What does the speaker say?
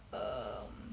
um